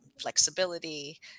flexibility